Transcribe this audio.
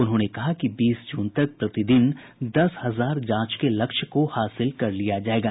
उन्होंने कहा कि बीस जून तक प्रतिदिन दस हजार जांच के लक्ष्य को हासिल कर लिया जायेगा